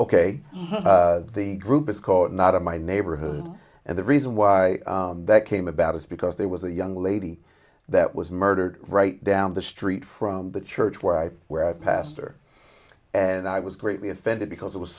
ok the group is called not of my neighborhood and the reason why that came about is because there was a young lady that was murdered right down the street from the church where i wear a pastor and i was greatly offended because it was